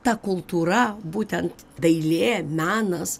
ta kultūra būtent dailė menas